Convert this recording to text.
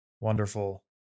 wonderful